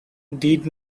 did